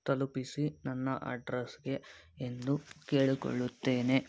ತಲುಪಿಸಿ ನನ್ನ ಅಡ್ರೆಸ್ಗೆ ಎಂದು ಕೇಳಿಕೊಳ್ಳುತ್ತೇನೆ